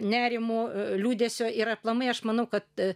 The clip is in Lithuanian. nerimo liūdesio ir aplamai aš manau kad